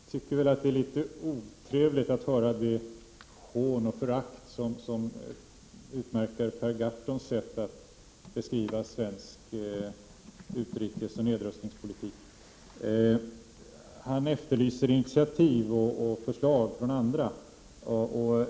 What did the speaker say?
Fru talman! Jag tycker att det är litet otrevligt att höra det hån och förakt som utmärker Per Gahrtons sätt att beskriva svensk utrikesoch nedrustningspolitik. Han efterlyser initiativ och förslag från andra.